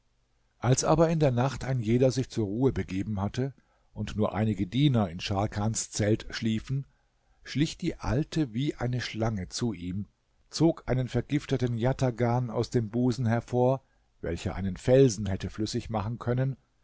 als aber in der nacht ein jeder sich zur ruhe begeben hatte und nur einige diener in scharkans zelt schliefen schlich die alte wie eine schlange zu ihm zog einen vergifteten jatagan aus dem busen hervor welcher einen felsen hätte flüssig machen können